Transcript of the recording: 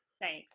Thanks